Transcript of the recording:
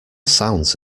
sounds